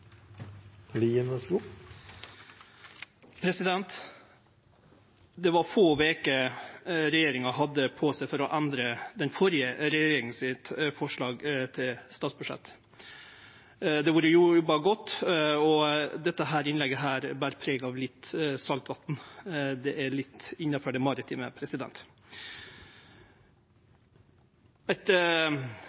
få veker på seg for å endre forslaget til statsbudsjett frå den førre regjeringa. Det har vore jobba godt. Dette innlegget ber preg av litt salt vatn, det er litt innanfor det maritime. Eit